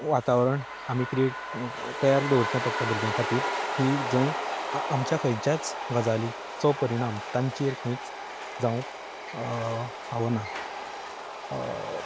वातावरण आमी कितें तयार दवरचें पडटा भुरग्यां खातीर की जंय आमच्या खंयच्याच गजालींचो परिणाम तांचेर खंयच जावंक फावोना